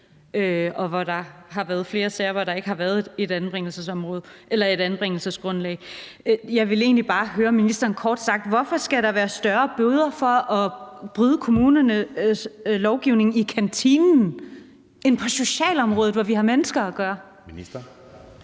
galt, og i flere sager har der ikke har været et anbringelsesgrundlag. Jeg vil egentlig bare høre ministeren: Hvorfor skal der være større bøder for at bryde kommunernes lovgivning i kantinen end på socialområdet, hvor vi har med mennesker at gøre? Kl.